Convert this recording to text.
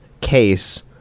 case